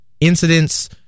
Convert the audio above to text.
incidents